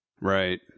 Right